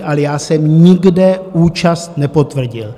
Ale já jsem nikde účast nepotvrdil.